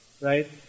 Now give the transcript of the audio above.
Right